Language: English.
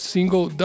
Single